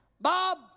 Bob